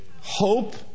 Hope